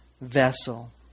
vessel